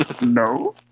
No